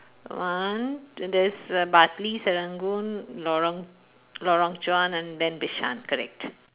one and there's a bartley serangoon lorong lorong chuan and then bishan correct